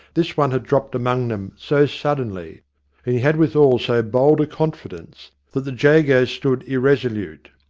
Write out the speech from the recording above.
this one had dropped among them so suddenly, and he had withal so bold a confidence, that the jagos stood irresolute,